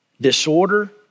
disorder